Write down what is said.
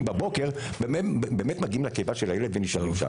בבוקר באמת מגיעים לקיבה של הילד ונשארים שם?